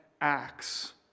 acts